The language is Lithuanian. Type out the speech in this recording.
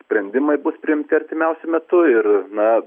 sprendimai bus priimti artimiausiu metu ir na